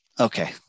okay